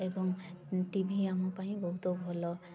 ଏବଂ T V ଆମ ପାଇଁ ବହୁତ ଭଲ